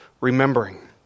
Remembering